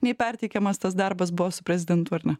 nei perteikiamas tas darbas buvo su prezidentu ar ne